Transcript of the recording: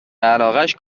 علاقش